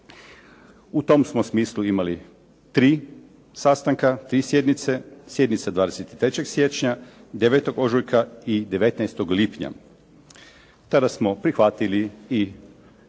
U tom smo smislu imali 3 sastanka, 3 sjednice, sjednice 23. siječnja, 9. ožujka i 19. lipnja, tada smo prihvatili i još